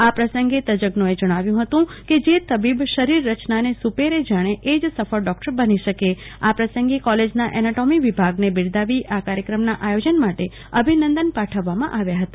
આ પ્રસંગે તજન્નોએ જણાવ્યુ હતું કે જે તબીબ શરીર રયનાને સુપેરે જાણે એ જ સફળ ડોક્ટર બની શકે આ પ્રસંગે કોલેજના એનાટોમી વિભાગને બિરદાવી આ કાર્યક્રમના આયોજન માટે અભિનંદન પાઠવવામાં આવ્યા હતા